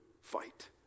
fight